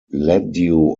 ladue